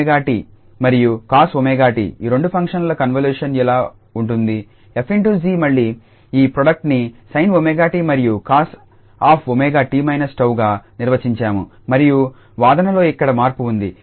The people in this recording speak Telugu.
sin𝜔𝑡 మరియు cos𝜔𝑡 ఈ రెండు ఫంక్షన్ల కన్వల్యూషన్ ఎలా ఉంటుంది𝑓∗𝑔 మళ్లీ ఈ ప్రోడక్ట్ ని sin𝜔𝑡 మరియు cos𝜔𝑡−𝜏గా నిర్వచించారు మరియు వాదనలో ఇక్కడ మార్పు ఉంది